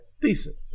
Decent